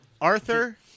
Arthur